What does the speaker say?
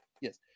Yes